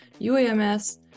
UAMS